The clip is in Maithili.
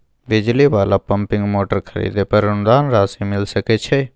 बिजली वाला पम्पिंग मोटर खरीदे पर अनुदान राशि मिल सके छैय?